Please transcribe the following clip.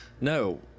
No